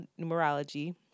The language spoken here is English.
numerology